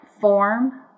form